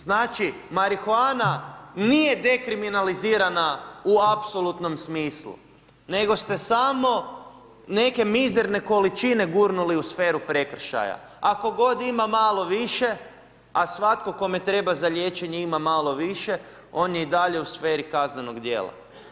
Znači marihuana nije dekriminalizirana u apsolutnom smislu nego ste samo neke mizerne količine gurnuli u sferu prekršaja a tko god ima malo više, a svatko kome treba za liječenje ima malo više, on je i dalje u sferi kaznenog djela.